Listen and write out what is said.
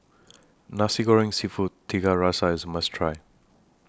Nasi Goreng Seafood Tiga Rasa IS A must Try